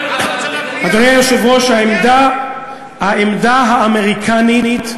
אדוני היושב-ראש, העמדה האמריקנית,